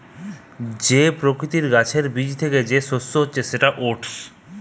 যে প্রকৃতির গাছের বীজ থ্যাকে যে শস্য হতিছে সেটা ওটস